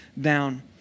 down